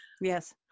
Yes